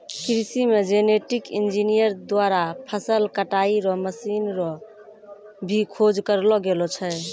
कृषि मे genetic engineer द्वारा फसल कटाई रो मशीन रो भी खोज करलो गेलो छै